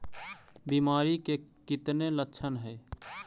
बीमारी के कितने लक्षण हैं?